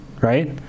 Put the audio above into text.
right